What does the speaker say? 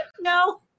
No